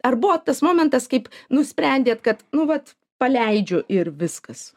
ar buvo tas momentas kaip nusprendėt kad nu vat paleidžiu ir viskas